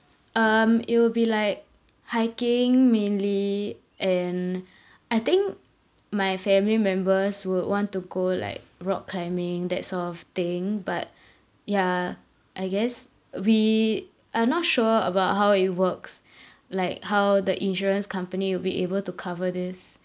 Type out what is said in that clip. um it will be like hiking mainly and I think my family members would want to go like rock climbing that sort of thing but yeah I guess we are not sure about how it works like how the insurance company will be able to cover this